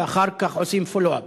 ואחר כך עושים follow up.